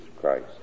Christ